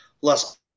less –